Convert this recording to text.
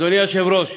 אדוני היושב-ראש,